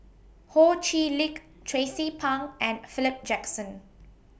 Ho Chee Lick Tracie Pang and Philip Jackson